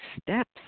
steps